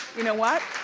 you know what,